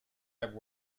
have